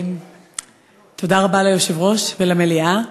תודה רבה ליושב-ראש ולמליאה,